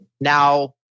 Now